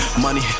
Money